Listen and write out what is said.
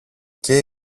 και